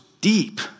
deep